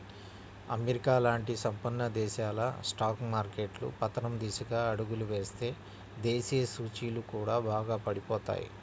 America లాంటి సంపన్న దేశాల స్టాక్ మార్కెట్లు పతనం దిశగా అడుగులు వేస్తే దేశీయ సూచీలు కూడా బాగా పడిపోతాయి